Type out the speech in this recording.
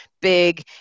big